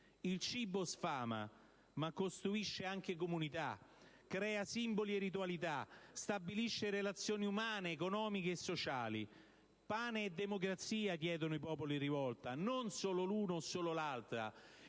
Il cibo sfama, ma costruisce anche comunità, crea simboli e ritualità, stabilisce relazioni umane, economiche e sociali. «Pane e democrazia!», chiedono i popoli in rivolta, non solo l'uno o solo l'altra.